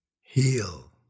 heal